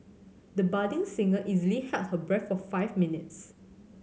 the budding singer easily held her breath for five minutes